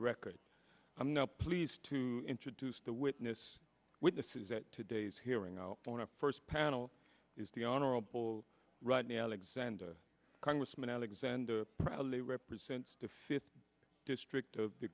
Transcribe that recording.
record i'm not pleased to introduce the witness witnesses at today's hearing out on our first panel is the honorable rodney alexander congressman alexander proudly represents the fifth district of the